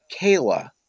Kayla